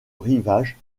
rivage